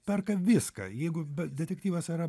perka viską jeigu be detektyvas yra